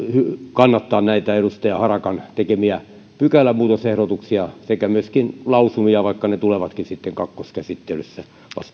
kannattaa näitä edustaja harakan tekemiä pykälämuutosehdotuksia sekä myöskin lausumia vaikka ne tulevatkin sitten vasta kakkoskäsittelyssä